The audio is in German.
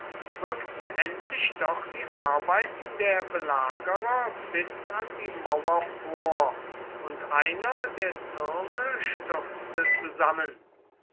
rückten endlich doch die arbeiten der belagerer bis an die mauer vor und einer der türme stürzte zusammen